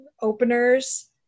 openers